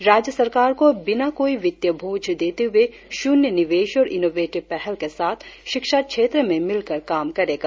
ये दोनों गैर सरकारी संगठन राज्य सरकार को बिना कोई वित्तीय बोझ देते हुए शून्य निवेश और इनोवेटिव पहल के साथ शिक्षा क्षेत्र में मिलकर काम करेगा